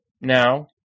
now